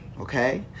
okay